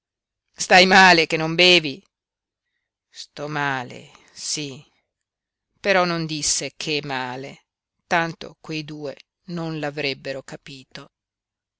stai male che non bevi sto male sí però non disse che male tanto quei due non l'avrebbero capito